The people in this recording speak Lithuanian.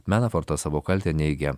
menafortas savo kaltę neigia